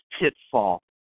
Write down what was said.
pitfall